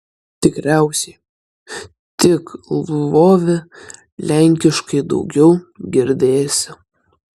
tikriausiai tik lvove lenkiškai daugiau girdėsi